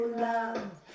love